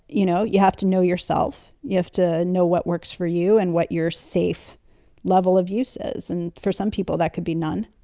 you know, you have to know yourself you have to know what works for you and what you're safe level of uses. and for some people, that could be none.